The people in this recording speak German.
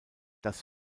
das